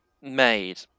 made